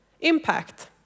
impact